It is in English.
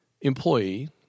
employee